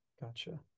gotcha